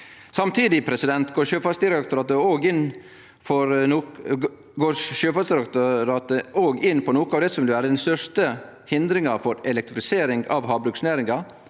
Samtidig går Sjøfartsdirektoratet også inn på noko av det som vil vere den største hindringa for elektrifisering av havbruksnæringa,